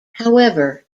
however